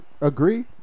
agree